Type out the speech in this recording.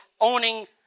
owning